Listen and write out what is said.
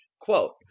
Quote